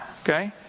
okay